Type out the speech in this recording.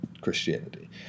Christianity